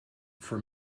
for